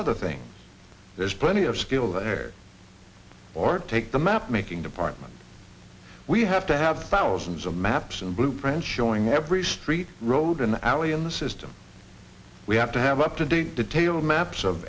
other things there's plenty of skill there or take the map making department we have to have thousands of maps and blueprint showing every street road in the alley in the system we have to have up to date detailed maps of